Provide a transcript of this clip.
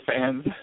fans